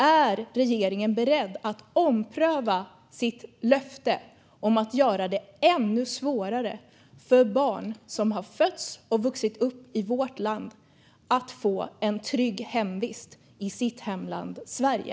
Är regeringen beredd att ompröva sitt löfte att göra det ännu svårare för barn som har fötts och vuxit upp i vårt land att få en trygg hemvist i sitt hemland Sverige?